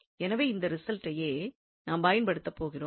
எனவே இந்த ரிசல்டையே நாம் பயன்படுத்த போகிறோம்